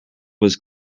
was